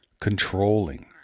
controlling